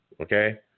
okay